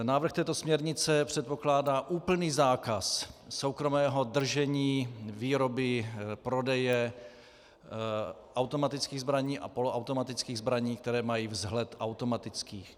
Návrh této směrnice předpokládá úplný zákaz soukromého držení, výroby, prodeje automatických zbraní a poloautomatických zbraní, které mají vzhled automatických.